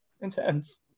intense